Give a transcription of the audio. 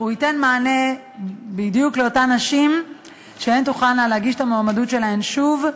ייתן מענה בדיוק לאותן נשים שתוכלנה להגיש את המועמדות שלהן שוב.